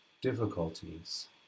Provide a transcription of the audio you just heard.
difficulties